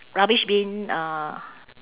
rubbish bin uh